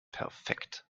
perfekt